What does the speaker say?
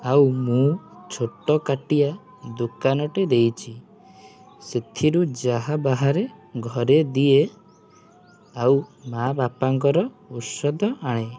ଆଉ ମୁଁ ଛୋଟକାଟିଆ ଦୋକାନଟେ ଦେଇଛି ସେଥିରୁ ଯାହା ବାହାରେ ଘରେ ଦିଏ ଆଉ ମାଆ ବାପାଙ୍କର ଔଷଧ ଆଣେ